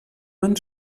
man